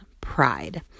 pride